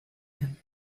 him